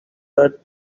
that